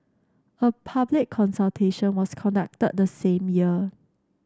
a public consultation was conducted the same year